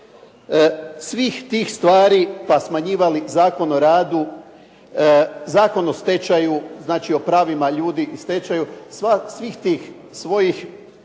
Svih tih stvari, pa smanjivali Zakon o radu, Zakon o stečaju, znači o pravima ljudi i stečaju svih tih svojih